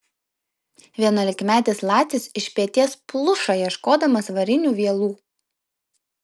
vienuolikmetis lacis iš peties pluša ieškodamas varinių vielų